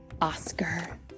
Oscar